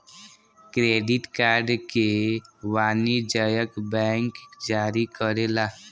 credit card के वाणिजयक bank जारी करेला